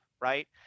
right